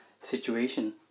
situation